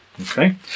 Okay